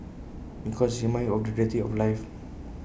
because IT reminds you of the reality of life